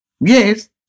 Yes